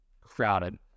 crowded